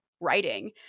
writing